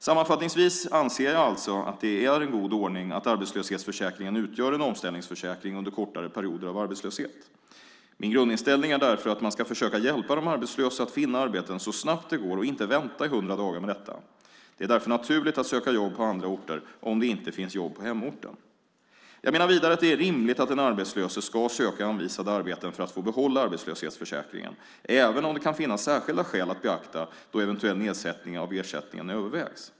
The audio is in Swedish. Sammanfattningsvis anser jag alltså att det är en god ordning att arbetslöshetsförsäkringen utgör en omställningsförsäkring under kortare perioder av arbetslöshet. Min grundinställning är därför att man ska försöka hjälpa de arbetslösa att finna arbeten så snabbt det går och inte vänta i 100 dagar med detta. Det är därför naturligt att söka jobb på andra orter om det inte finns jobb på hemorten. Jag menar vidare att det är rimligt att den arbetslöse ska söka anvisade arbeten för att få behålla arbetslöshetsersättningen, även om det kan finnas särskilda skäl att beakta då eventuell nedsättning av ersättningen övervägs.